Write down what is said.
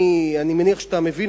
אני מניח שאתה מבין,